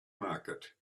market